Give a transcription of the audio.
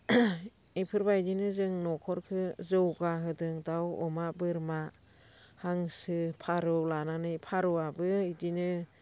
बेफोरबायदिनो जों न'खरखौ जौगाहोदों दाउ अमा बोरमा हांसो फारौ लानानै फारौआबो बिदिनो